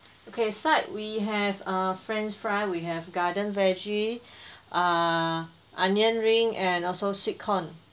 okay side we have uh french fries we have garden veggie uh onion ring and also sweet corn